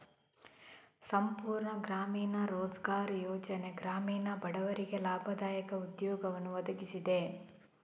ಸಂಪೂರ್ಣ ಗ್ರಾಮೀಣ ರೋಜ್ಗಾರ್ ಯೋಜನೆ ಗ್ರಾಮೀಣ ಬಡವರಿಗೆ ಲಾಭದಾಯಕ ಉದ್ಯೋಗವನ್ನು ಒದಗಿಸಿದೆ